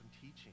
teaching